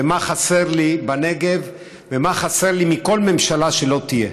מה חסר לי בנגב ומה חסר לי מכל ממשלה שלא תהיה,